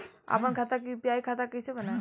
आपन खाता के यू.पी.आई खाता कईसे बनाएम?